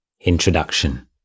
Introduction